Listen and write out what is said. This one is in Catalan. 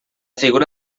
figura